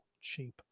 cheap